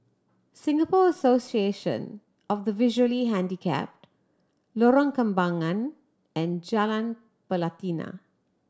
Singapore Association of the Visually Handicapped Lorong Kembangan and Jalan Pelatina